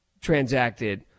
transacted